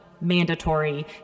mandatory